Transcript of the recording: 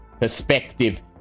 perspective